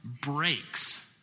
breaks